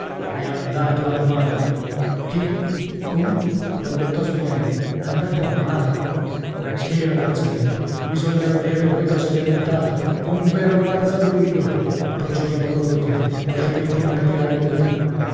è andato a male che come balbettò spinello andato a male sì ragazzo mio bisogna vederlo che cos'è diventato un vero guazzabuglio ma procediamo con ordine altrimenti non capirai nulla